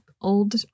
old